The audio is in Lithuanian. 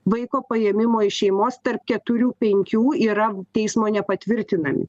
vaiko paėmimo iš šeimos tarp keturių penkių yra teismo nepatvirtinami